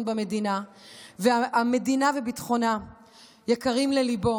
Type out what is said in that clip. במדינה והמדינה וביטחונה יקרים לליבו